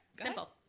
Simple